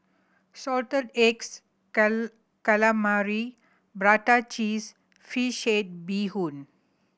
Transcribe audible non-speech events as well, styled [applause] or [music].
salted eggs [unintelligible] calamari prata cheese fish head bee hoon